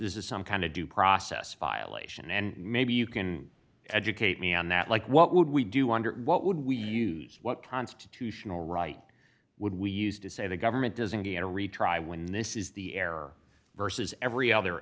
there's this is some kind of due process violation and maybe you can educate me on that like what would we do under what would we use what constitutional right would we used to say the government doesn't get to retry when this is the error versus every other